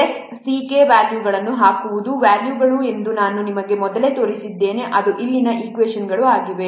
S C K ವ್ಯಾಲ್ಯೂಗಳನ್ನು ಹಾಕುವುದು ವ್ಯಾಲ್ಯೂಗಳು ಎಂದು ನಾನು ನಿಮಗೆ ಮೊದಲೇ ತೋರಿಸಿದ್ದೇನೆ ಅದು ಇಲ್ಲಿನ ಈಕ್ವೇಷನ್ಗಳು ಆಗಿದೆ